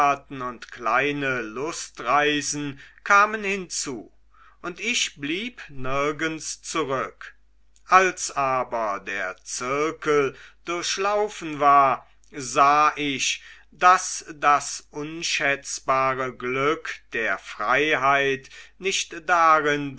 und kleine lustreisen kamen hinzu und ich blieb nirgends zurück als aber der zirkel durchlaufen war sah ich daß das unschätzbare glück der freiheit nicht darin